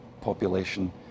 population